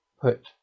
put